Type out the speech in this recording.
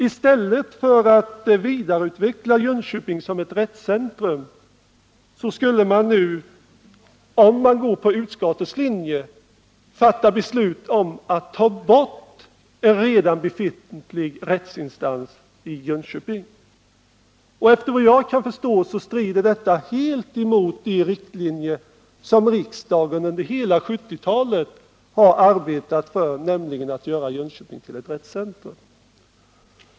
I stället för att vidareutveckla Jönköping som ett rättscentrum skulle man nu — om man följer utskottets linje — fatta beslut om att ta bort en redan befintlig rättsinstans i Jönköping. Enligt vad jag kan förstå strider detta helt emot de riktlinjer som riksdagen under hela 1970-talet arbetat efter, nämligen att göra Jönköping till ett rättscentrum.